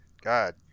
god